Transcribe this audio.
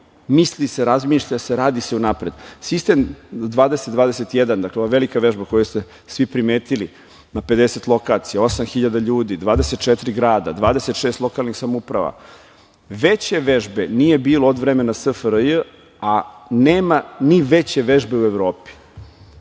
Misli se, razmišlja se, radi se unapred. Sistem 20/21, dakle ova velika vežba koju ste svi primetili na 50 lokacija, 8.000 ljudi, 24 grada, 26 lokalnih samouprava, veće vežbe nije bilo od vremena SFRJ, a nema ni veće vežbe u Evropi. Hteli